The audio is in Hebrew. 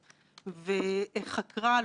ועדת אנדורן ועדות רבות.